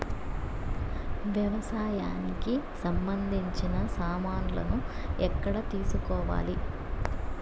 వ్యవసాయానికి సంబంధించిన సామాన్లు ఎక్కడ తీసుకోవాలి?